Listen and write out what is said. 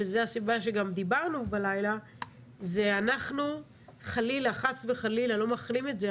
וזו הסיבה שגם דיברנו בלילה ואנחנו חלילה וחס לא מאחלים את זה,